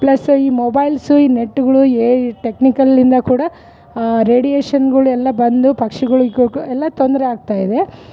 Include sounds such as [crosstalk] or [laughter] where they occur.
plus ಈ mobiles ಈ ನೆಟ್ಗಳು ಏ ಈ ಟೆಕ್ನಿಕಲ್ ಇಂದ ಕೂಡ ಆ ರೇಡಿಯೇಶನ್ಗಳೆಲ್ಲ ಬಂದು ಪಕ್ಷಿಗಳಗು [unintelligible] ಎಲ್ಲ ತೊಂದರೆ ಆಗ್ತ ಇದೆ